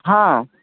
हाँ